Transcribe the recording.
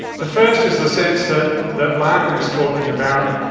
the first is the sense that that larkin's talking about,